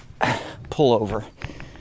pullover